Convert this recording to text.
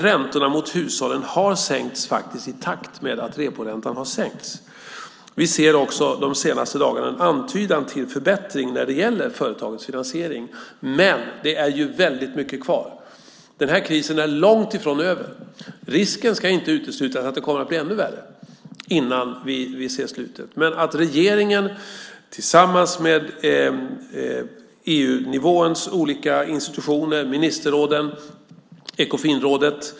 Räntorna mot hushållen har faktiskt sänkts i takt med att reporäntan har sänkts. Vi ser också de senaste dagarna en antydan till en förbättring när det gäller företagens finansiering. Men det är väldigt mycket kvar. Den här krisen är långt ifrån över. Risken ska inte uteslutas att det kommer att bli ännu värre innan vi ser slutet. Regeringen kommer att arbeta tillsammans med EU-nivåns olika institutioner, ministerråden och Ekofinrådet.